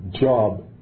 job